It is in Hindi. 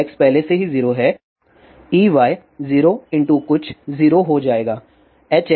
Ex पहले से ही 0 हैं Ey 0 कुछ 0 हो जाएगा